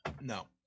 No